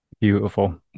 Beautiful